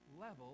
level